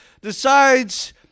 decides